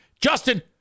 justin